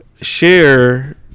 share